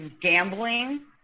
gambling